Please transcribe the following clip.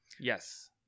Yes